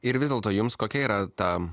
ir vis dėlto jums kokia yra ta